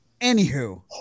Anywho